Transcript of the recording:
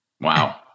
Wow